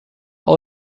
alle